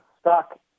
Stock